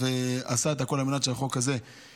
אז הוא עשה את הכול על מנת שהחוק הזה יעבור